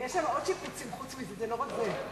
ויש שם עוד שיפוצים חוץ מזה, זה לא רק זה.